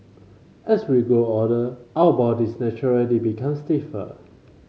as we grow older our bodies naturally become stiffer